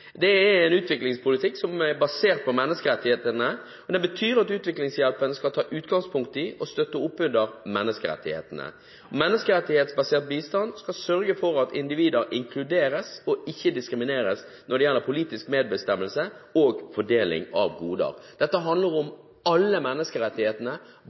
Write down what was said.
utviklingspolitikk. Det betyr at utviklingshjelpen skal ta utgangspunkt i og støtte opp under menneskerettighetene. Menneskerettighetsbasert bistand skal sørge for at individer inkluderes og ikke diskrimineres når det gjelder politisk medbestemmelse og fordeling av goder. Dette handler